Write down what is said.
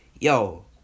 yo